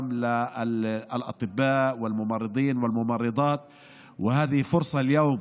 (אומר דברים בשפה הערבית, להלן תרגומם: